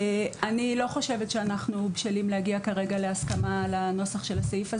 אני לא חושבת שאנחנו בשלים להגיע כרגע להסכמה על הנוסח של הסעיף הזה.